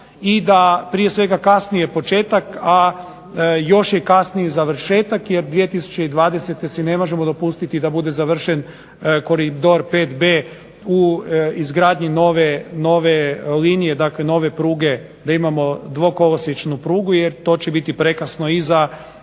i da prije svega kasnije početak a još je kasniji završetak jer 2020. ne možemo si dopustiti da bude završen Koridor 5b u izgradnji nove linije, nove pruge da imamo dvokolosiječnu prugu jer to će biti prekasno i za